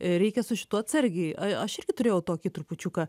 reikia su šituo atsargiai a aš irgi turėjau tokį trupučiuką